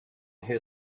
who